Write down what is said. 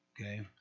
Okay